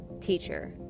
teacher